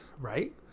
Right